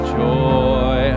joy